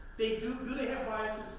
they do, do they have biases?